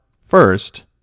first